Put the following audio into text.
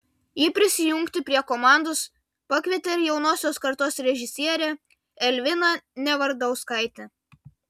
ji prisijungti prie komandos pakvietė ir jaunosios kartos režisierę elviną nevardauskaitę